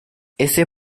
este